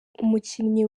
umukinnyi